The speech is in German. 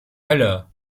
hölle